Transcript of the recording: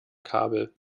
kabel